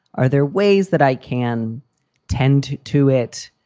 are there ways that i can tend to it,